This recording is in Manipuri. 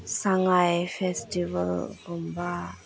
ꯁꯉꯥꯏ ꯐꯦꯁꯇꯤꯚꯦꯜꯒꯨꯝꯕ